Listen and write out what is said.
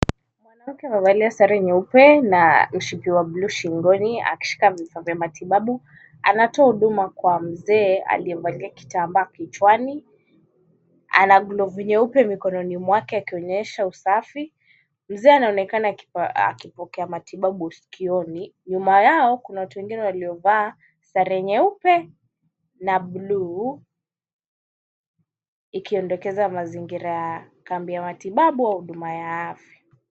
Mwanamke amevalia sare nyeupe na mshipi wa bluu shingoni akishika vifaa vya matibabu. Anatoa huduma kwa mzee aliyevalia kitambaa kichwani. Ana glavu nyeupe mikononi mwake akionyesha usafi. Mzee anaonekana akipokea matibabu sikioni. Nyuma yao kuna watu wengine waliovaa sare nyeupe na bluu ikielekeza mazingira ya kambi ya matibabu ya afya.